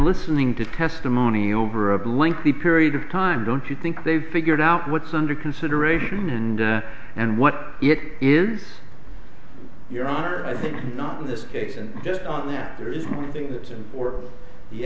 listening to testimony over a blankly period of time don't you think they've figured out what's under consideration and and what it is your honor i think not in this case and just on that the